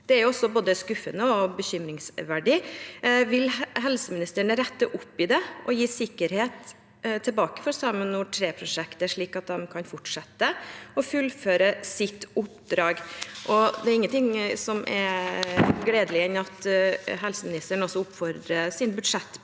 Det er både skuffende og bekymringsverdig. Vil helseministeren rette opp i det og gi sikkerhet tilbake for SAMINOR 3-prosjektet, slik at det kan fortsette og fullføre sitt oppdrag? Det er ingenting som er mer gledelig enn at helseministeren oppfordrer sin budsjettpartner